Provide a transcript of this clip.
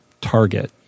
target